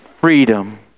freedom